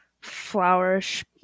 Flourish